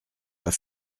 pas